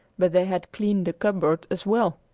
but they had cleaned the cupboard as well.